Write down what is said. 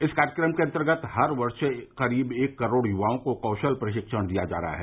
इस कार्यक्रम के अंतर्गत हर वर्ष करीब एक करोड़ युवाओं को कौशल प्रशिक्षण दिया जा रहा है